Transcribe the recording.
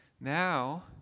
Now